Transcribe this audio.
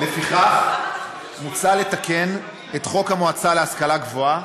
לפיכך, מוצע לתקן את חוק המועצה להשכלה גבוהה,